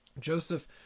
Joseph